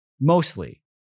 mostly